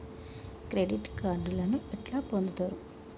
Credit కార్డులను ఎట్లా పొందుతరు?